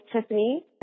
Tiffany